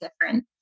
different